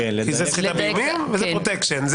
כי זה סחיטה באיומים וזה פרוטקשן.